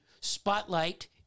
spotlight